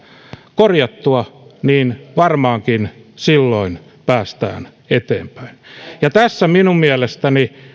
korjattua niin varmaankin silloin päästään eteenpäin tässä minun mielestäni